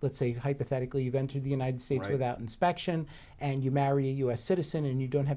let's say hypothetically you've entered the united states without inspection and you marry a u s citizen and you don't have